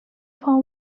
fall